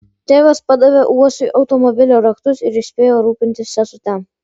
tėvas padavė uosiui automobilio raktus ir įspėjo rūpintis sesute